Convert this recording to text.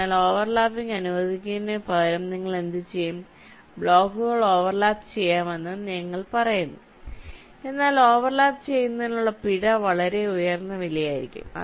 അതിനാൽ ഓവർലാപ്പിംഗ് അനുവദിക്കുന്നതിനുപകരം നിങ്ങൾ എന്തുചെയ്യും ബ്ലോക്കുകൾ ഓവർലാപ്പ് ചെയ്യാമെന്ന് നിങ്ങൾ പറയുന്നു എന്നാൽ ഓവർലാപ്പ് ചെയ്യുന്നതിനുള്ള പിഴ വളരെ ഉയർന്ന വിലയായിരിക്കും